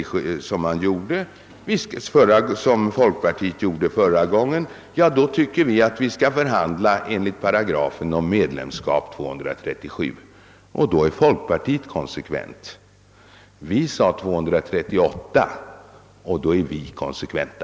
Herr Wedén kanske då säger, liksom folkpartiet gjorde förra gången, att han anser att vi skall förhandla om medlemskap enligt 8 237. Då är folkpartiet konsekvent. Vi sade tidigare, att vi ville förhandla enligt 8 238, och alltså är även vi konsekventa.